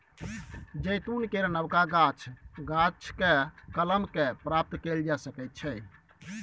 जैतून केर नबका गाछ, गाछकेँ कलम कए प्राप्त कएल जा सकैत छै